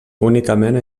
únicament